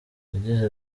yagize